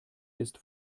ist